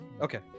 Okay